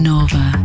Nova